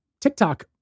TikTok